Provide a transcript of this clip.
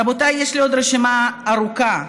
רבותיי, יש לי עוד רשימה ארוכה.